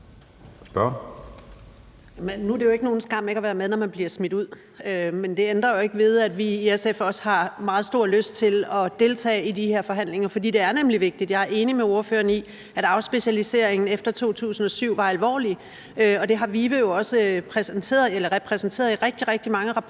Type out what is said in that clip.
Nu er det jo ikke nogen skam ikke at være med, når man bliver smidt ud. Men det ændrer ikke ved, at vi i SF også har meget stor lyst til at deltage i de her forhandlinger, for det er nemlig vigtigt. Jeg er enig med ordføreren i, at afspecialiseringen efter 2007 var alvorlig, og det har VIVE jo også præsenteret. I rigtig, rigtig mange rapporter